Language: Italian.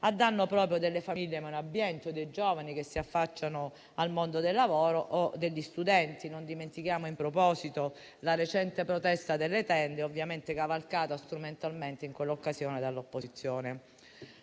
a danno proprio delle famiglie meno abbienti o dei giovani che si affacciano al mondo del lavoro o degli studenti. Non dimentichiamo, in proposito, la recente protesta delle tende, ovviamente cavalcata strumentalmente in quell'occasione dall'opposizione.